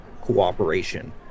cooperation